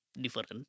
different